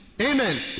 Amen